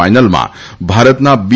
ફાઈનલમાં ભારતના બી